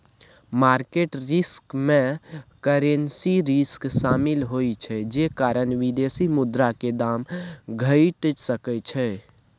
market risk में currency risk शामिल होइ छइ जे कारण विदेशी मुद्रा के दाम घइट सकइ छइ